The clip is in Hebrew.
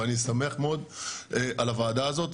ואני שמח מאוד על הוועדה הזאת,